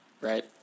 Right